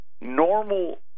Normal